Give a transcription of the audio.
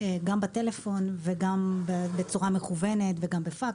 גם בטלפון וגם בצורה מקוונת וגם בפקס.